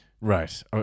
right